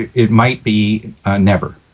it might be never.